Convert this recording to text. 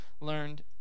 learned